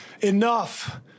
Enough